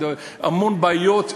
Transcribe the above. המון בעיות,